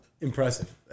impressive